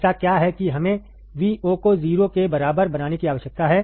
ऐसा क्या है कि हमें Vo को 0 के बराबर बनाने की आवश्यकता है